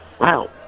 wow